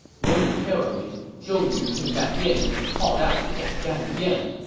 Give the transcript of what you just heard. momentarily, zhou yu came back in and called out to jiang gan again.